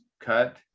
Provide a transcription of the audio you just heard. cut